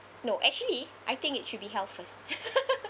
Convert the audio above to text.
no actually I think it should be health first